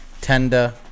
tender